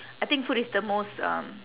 I think food is the most um